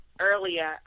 earlier